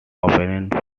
opponents